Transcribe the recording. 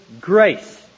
grace